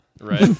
Right